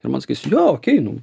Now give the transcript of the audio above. ir man sakys jo okei nu